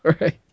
Right